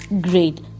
Great